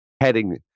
heading